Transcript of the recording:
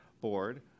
board